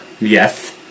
Yes